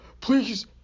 Please